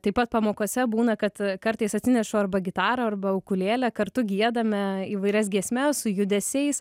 taip pat pamokose būna kad kartais atsinešu arba gitarą arba ukulėlę kartu giedame įvairias giesmes su judesiais